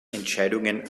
entscheidungen